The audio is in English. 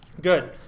good